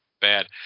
bad